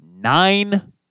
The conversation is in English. nine